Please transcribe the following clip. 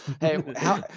Hey